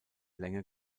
länge